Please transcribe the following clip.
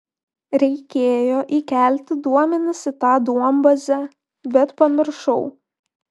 reikėjo įkelti duomenis į tą duombazę bet pamiršau